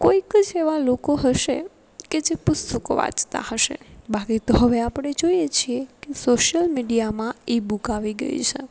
કોઈક જ એવાં લોકો હશે કે જે પુસ્તકો વાંચતા હશે બાકી તો હવે આપણે જોઇએ છીએ કે સોશયલ મીડિયામાં ઈ બુક આવી ગઈ છે